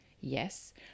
Yes